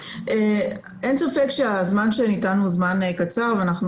אין ספק שהזמן שניתן הוא זמן קצר ואנחנו